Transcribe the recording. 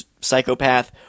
psychopath